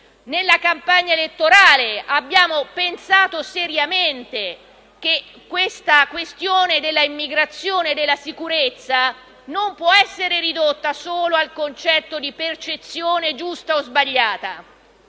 Nella campagna elettorale abbiamo pensato seriamente che la questione dell'immigrazione e della sicurezza non potesse essere ridotta solo alla percezione «è giusta o è sbagliata».